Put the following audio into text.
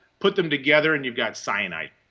put them together and you've got cyanide.